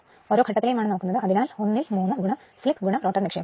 ഓരോ ഘട്ടത്തിലെയും ആണ് നോക്കുന്നത് അതിനാൽ ഒന്നിൽ മൂന്ന് സ്ലിപ് റോട്ടർ നിക്ഷേപണം